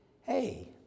hey